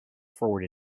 forward